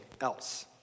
else